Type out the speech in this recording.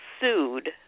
sued